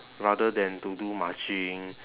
rather than to do marching